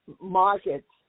markets